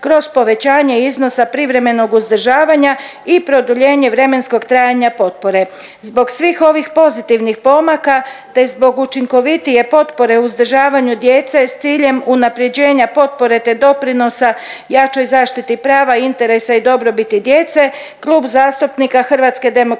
kroz povećanje iznosa privremenog uzdržavanja i produljenje vremenskog trajanja potpore. Zbog svih ovih pozitivnih pomaka te zbog učinkovitije potpore u uzdržavanju djece s ciljem unapređenja potpore te doprinosa jačoj zaštiti prava, interesa i dobrobiti djece Klub zastupnika HDZ-a će podržati